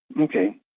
Okay